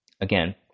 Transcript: Again